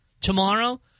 tomorrow